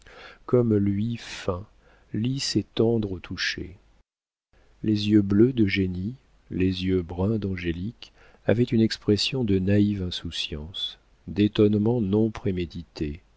comme lui fin lisse et tendre au toucher les yeux bleus d'eugénie les yeux bruns d'angélique avaient une expression de naïve insouciance d'étonnement non prémédité